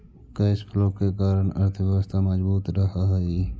cash flow के कारण अर्थव्यवस्था मजबूत रहऽ हई